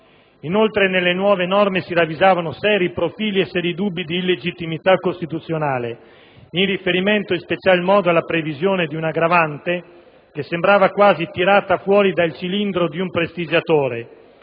Inoltre, nelle nuove norme si ravvisavano seri profili e seri dubbi di illegittimità costituzionale, in riferimento in special modo alla previsione di una aggravante che sembrava quasi tirata fuori dal cilindro di un prestigiatore,